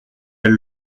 elle